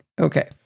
Okay